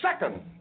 second